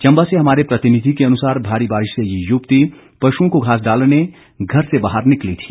चंबा से हमारे प्रतिनिधि के अनुसार भारी बारिश में ये युवती पशुओं को घास डालने घर से बाहर निकली थी